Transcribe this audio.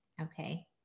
okay